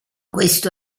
questo